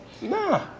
Nah